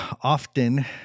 often